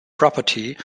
property